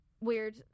Weird